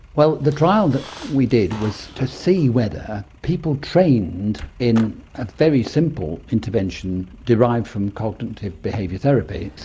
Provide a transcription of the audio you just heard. well, the trial that we did was to see whether people trained in a very simple intervention derived from cognitive behavioural therapy, so,